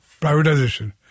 privatization